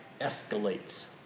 escalates